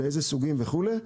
באיזה סוגים וכולי.